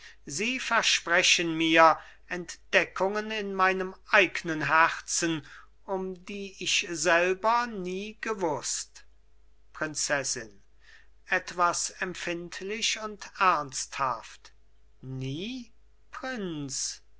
sie versprechen mir entdeckungen in meinem eignen herzen um die ich selber nie gewußt prinzessin etwas empfindlich und ernsthaft nie prinz